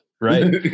Right